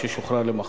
ששוחרר למחרת.